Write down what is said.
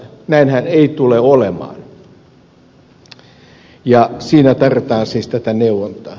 näinhän ei tule olemaan ja siinä tarvitaan siis neuvontaa